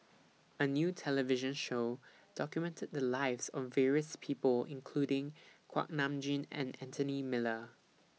A New television Show documented The Lives of various People including Kuak Nam Jin and Anthony Miller